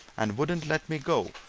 and wouldn't let me go,